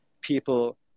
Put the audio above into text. people